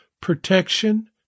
protection